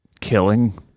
Killing